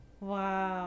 wow